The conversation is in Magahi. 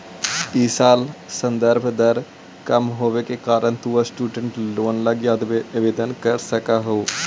इ साल संदर्भ दर कम होवे के कारण तु स्टूडेंट लोन लगी आवेदन कर सकऽ हे